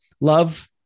Love